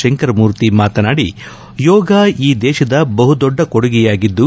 ಶಂಕರಮೂರ್ತಿ ಮಾತನಾಡಿ ಯೋಗ ಈ ದೇಶದ ಬಹುದೊಡ್ಡ ಕೊಡುಗೆಯಾಗಿದ್ದು